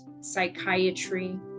psychiatry